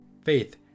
Faith